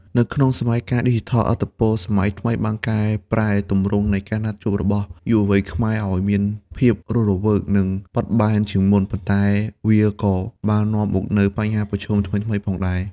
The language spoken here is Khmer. នៅក្នុងសម័យកាលឌីជីថល ឥទ្ធិពលសម័យថ្មីបានកែប្រែទម្រង់នៃការណាត់ជួបរបស់យុវវ័យខ្មែរឱ្យមានភាពរស់រវើក និងបត់បែនជាងមុន ប៉ុន្តែវាក៏បាននាំមកនូវបញ្ហាប្រឈមថ្មីៗផងដែរ។